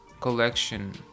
collection